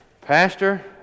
Pastor